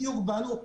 בדיוק בנו,